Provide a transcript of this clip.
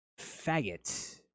Faggot